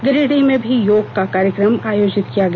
गिरिडीह में भी योग का कार्यक्रम आयोजित किया गया